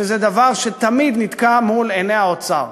שזה דבר שתמיד נתקע מול עיני האוצר.